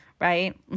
right